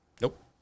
Nope